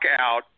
out